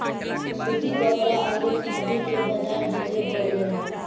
सूती कपड़ा अउरी खादी के बाजार ढेरे बढ़ गईल बा